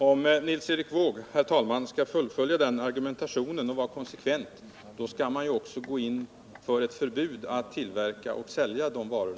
Herr talman! Om man skall fullfölja den argumentationen och vara konsekvent, Nils Erik Wååg, bör man ju också gå in för ett förbud mot att tillverka och sälja dessa varor.